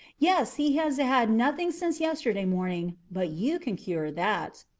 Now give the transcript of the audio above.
yes, he has had nothing since yesterday morning but you can cure that.